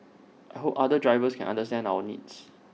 I hope other drivers can understand our needs